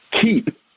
keep